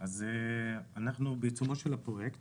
אז אנחנו בעיצומו של הפרויקט